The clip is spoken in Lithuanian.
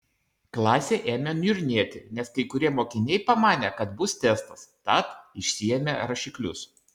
klasė ėmė niurnėti nes kai kurie mokiniai pamanė kad bus testas tad išsiėmė rašiklius